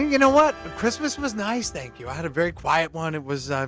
you know what? christmas was nice, thank you. i had a very quiet one. it was,